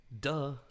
Duh